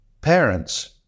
parents